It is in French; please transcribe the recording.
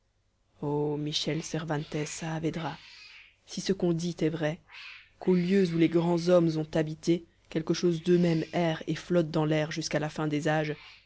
o michel cervantes saavedra si ce qu'on dit est vrai qu'aux lieux où les grands hommes ont habité quelque chose d'eux-mêmes erre et flotte dans l'air jusqu'à la fin des âges